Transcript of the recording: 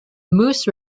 moose